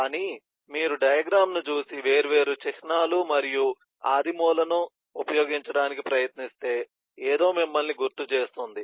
కానీ మీరు డయాగ్రమ్ ను చూసి వేర్వేరు చిహ్నాలు మరియు ఆదిమాలను ఉపయోగించటానికి ప్రయత్నిస్తే ఏదో మిమ్మల్ని గుర్తు చేస్తుంది